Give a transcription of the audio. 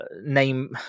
name